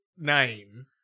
name